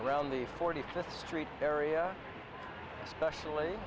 around the forty fifth street area special